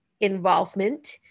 involvement